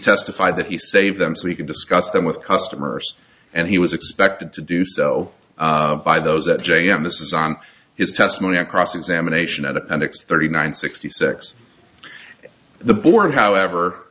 testified that he saved them so he can discuss them with customers and he was expected to do so by those that j m this is on his testimony and cross examination at appendix thirty nine sixty six the board however